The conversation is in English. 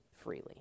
freely